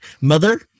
mother